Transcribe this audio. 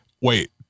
wait